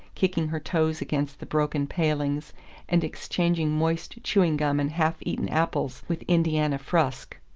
kicking her toes against the broken palings and exchanging moist chewing-gum and half-eaten apples with indiana frusk.